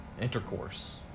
intercourse